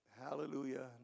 Hallelujah